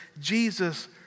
Jesus